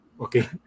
Okay